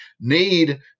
need